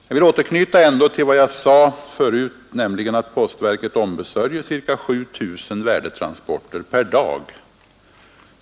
Jag vill återknyta till vad jag sade förut, nämligen att postverket ombesörjer ca 7 000 värdetransporter per dag.